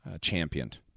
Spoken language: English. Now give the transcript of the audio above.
championed